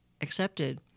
accepted